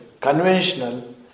conventional